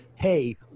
hey